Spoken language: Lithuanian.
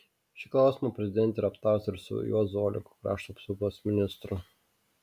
šį klausimą prezidentė yra aptarusi ir su juozu oleku krašto apsaugos ministru